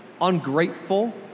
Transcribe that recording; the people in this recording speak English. ungrateful